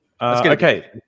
Okay